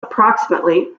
approximately